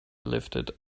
lifted